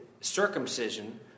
circumcision